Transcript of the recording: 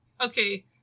Okay